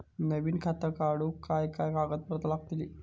नवीन खाता काढूक काय काय कागदपत्रा लागतली?